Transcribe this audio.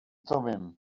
thummim